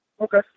Okay